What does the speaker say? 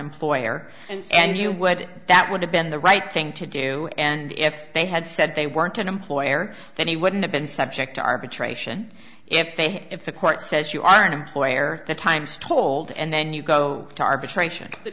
employer and you would that would have been the right thing to do and if they had said they weren't an employer then he wouldn't have been subject to arbitration if they if the court says you are an employer the times told and then you go to arbitra